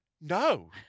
No